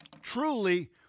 truly